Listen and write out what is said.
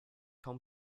home